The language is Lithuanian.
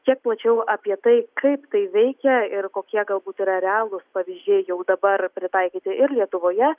kiek plačiau apie tai kaip tai veikia ir kokie galbūt yra realūs pavyzdžiai jau dabar pritaikyti ir lietuvoje